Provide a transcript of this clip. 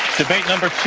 debate number